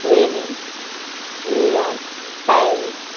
Venice New York Paris